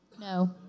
No